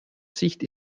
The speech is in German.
sicht